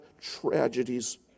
tragedies